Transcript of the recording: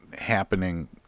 happening